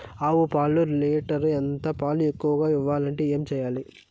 ఆవు పాలు లీటర్ ఎంత? పాలు ఎక్కువగా ఇయ్యాలంటే ఏం చేయాలి?